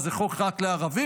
זה חוק רק לערבים?